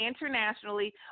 internationally